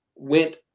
went